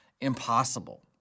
impossible